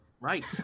Right